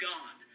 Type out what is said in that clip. God